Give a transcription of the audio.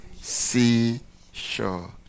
seashore